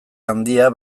handia